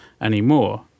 anymore